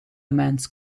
mans